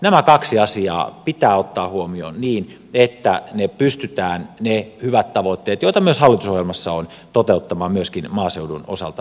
nämä kaksi asiaa pitää ottaa huomioon niin että pystytään ne hyvät tavoitteet joita myös hallitusohjelmassa on toteuttamaan myöskin maaseudun osalta